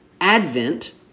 Advent